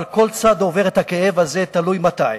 אבל כל צד עובר את הכאב הזה, תלוי מתי.